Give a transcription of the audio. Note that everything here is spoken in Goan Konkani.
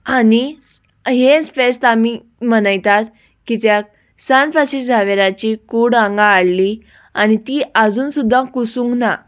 आनी हेंच फेस्त आमी मनयतात कित्याक सान फ्रांसीस शावेराची कूड हांगा हाडली आनी ती आजून सुद्दां कुसूंक ना